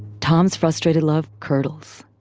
tom's frustrated love curdles,